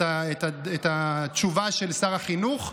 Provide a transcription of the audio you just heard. את התשובה של שר החינוך.